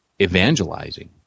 evangelizing